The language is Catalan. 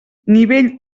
nivell